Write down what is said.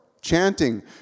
chanting